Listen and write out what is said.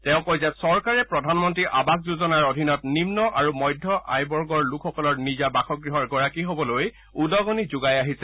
তেওঁ কয় যে চৰকাৰে প্ৰধানমন্ত্ৰী আবাস যোজনাৰ অধীনত নিম্ন আৰু মধ্য আয়বৰ্গৰ লোকসকলক নিজা বাসগৃহৰ গৰাকী হ'বলৈ উদগনি যোগাই আহিছে